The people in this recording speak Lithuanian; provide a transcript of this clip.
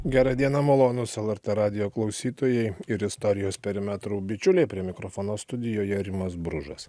gera diena malonūs el er t radijo klausytojai ir istorijos perimetrų bičiuliai prie mikrofono studijoje rimas bružas